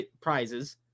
prizes